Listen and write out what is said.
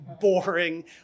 boring